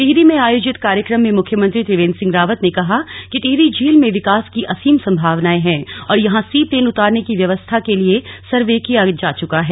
टिहरी में आयोजित कार्यक्रम में मुख्यमंत्री त्रिवेंद्र सिंह रावत ने कहा कि टिहरी झील में विकास की असीम संभावनाएं हैं और यहां सी प्लेन उतारने की व्यवस्था के लिए सर्वे किया जा चुका है